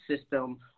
system